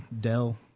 Dell